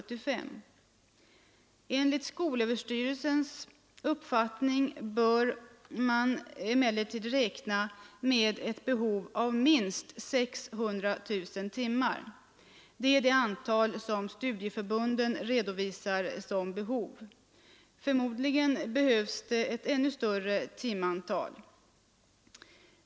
Enligt skolöverstyrelsens uppfattning bör man emellertid räkna med ett behov av minst 600 000 timmar. Det är också det behov som studieförbunden redovisar. Förmodligen krävs det ett ännu större timantal.